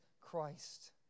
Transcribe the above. Christ